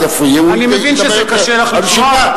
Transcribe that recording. אל תפריעי, אני מבין שזה קשה לך לשמוע.